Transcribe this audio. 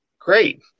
Great